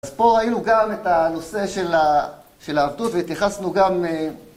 אז פה ראינו גם את הנושא של ה... של העבדות, והתייחסנו גם